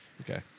Okay